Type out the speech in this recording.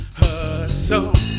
hustle